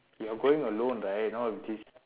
you're going alone right now with this